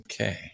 Okay